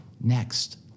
next